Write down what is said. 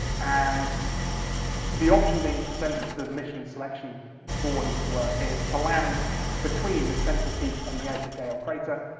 and the option being presented to the mission selection board, as it were, is to land between the central peak and the edge of galle crater,